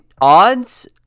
odds